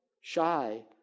shy